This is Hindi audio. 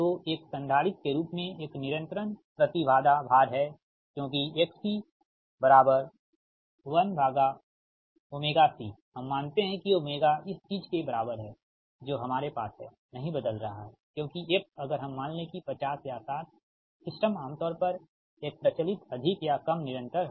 तो एक संधारित्र के रूप में एक निरंतर प्रति बाधा भार है क्योंकि XC 1𝜔C हम मानते हैं कि 𝜔 इस चीज के बराबर है जो हमारे पास है नहीं बदल रहा है क्योंकि f अगर हम मान लें कि 50 या 60 सिस्टम आमतौर पर एक प्रचलित अधिक या कम निरंतर हैं